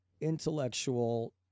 intellectual